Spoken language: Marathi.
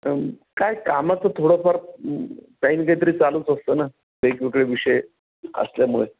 काय कामाचं थोडंफार काही न काहीतरी चालूच असतं ना वेगवेगळे विषय असल्यामुळे